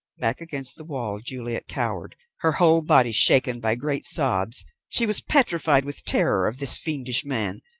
back against the wall, juliet cowered, her whole body shaken by great sobs. she was petrified with terror of this fiendish man,